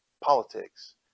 politics